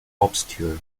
obscure